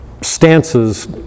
stances